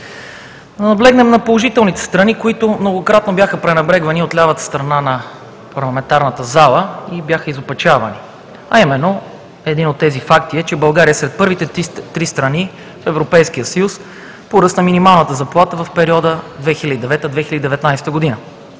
наблегнем на положителните страни, които многократно бяха пренебрегвани от лявата страна на парламентарната зала и бяха изопачавани. Именно един от тези факти е, че България е сред първите три страни в Европейския съюз по ръст на минималната заплата в периода 2009 – 2019 г.,